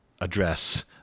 address